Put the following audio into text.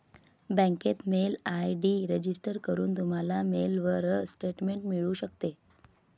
बँकेत mail ID register करून, तुम्हाला मेलवर स्टेटमेंट मिळू शकते